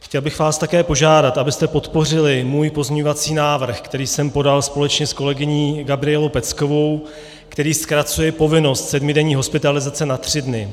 Chtěl bych vás také požádat, abyste podpořili můj pozměňovací návrh, který jsem podal společně s kolegyní Gabrielou Peckovou, který zkracuje povinnost sedmidenní hospitalizace na tři dny.